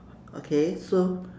okay so